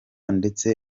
ndetse